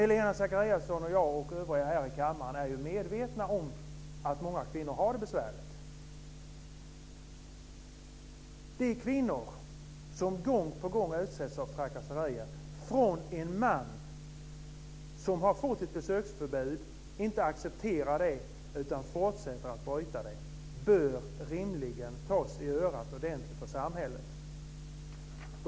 Helena Zakariasén, jag och övriga här i kammaren är ju medvetna om att många kvinnor har det besvärligt. Det finns kvinnor som gång på gång utsätts för trakasserier från en man som har fått ett besöksförbud och inte accepterar det utan fortsätter att bryta det. Dessa män bör rimligen tas i örat ordentligt av samhället.